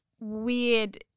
weird